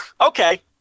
Okay